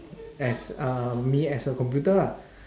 as uh me as a computer lah